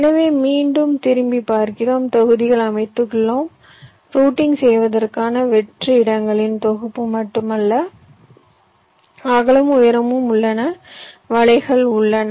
எனவே மீண்டும் திரும்பி பார்க்கிறோம் தொகுதிகள் அமைத்துள்ளோம் ரூட்டிங் செய்வதற்கான வெற்று இடங்களின் தொகுப்பு மட்டுமல்ல அகலமும் உயரமும் உள்ளன வலைகள் உள்ளன